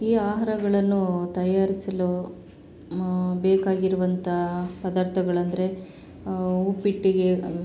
ಈ ಆಹಾರಗಳನ್ನು ತಯಾರಿಸಲು ಬೇಕಾಗಿರುವಂಥ ಪದಾರ್ಥಗಳಂದರೆ ಉಪ್ಪಿಟ್ಟಿಗೆ